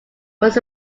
was